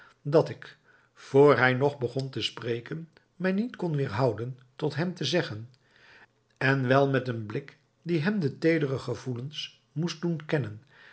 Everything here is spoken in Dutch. dat ik vr hij nog begon te spreken mij niet kon weêrhouden tot hem te zeggen en wel met een blik die hem de teedere gevoelens moest doen kennen